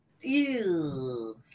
Ew